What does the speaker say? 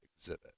exhibit